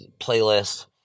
playlist